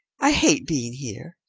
i hate being here.